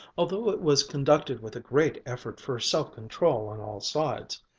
although it was conducted with a great effort for self-control on all sides.